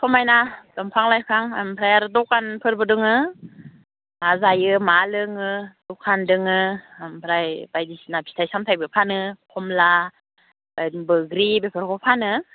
समायना दंफां लाइफां ओमफ्राय आरो दकानफोरबो दङ मा जायो मा लोङो दखान दङ ओमफ्राय बायदिसिना फिथाइ सामथायबो फानो खमला बैग्रि बेफोरखौ फानो